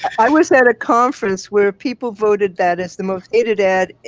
i was at a conference where people voted that as the most hated ad.